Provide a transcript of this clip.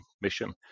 mission